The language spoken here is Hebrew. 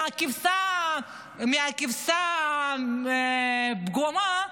מהכבשה הפגומה,